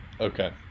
Okay